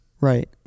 right